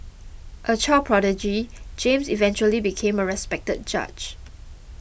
a child prodigy James eventually became a respected judge